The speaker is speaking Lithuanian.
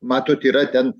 matot yra ten